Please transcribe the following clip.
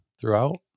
throughout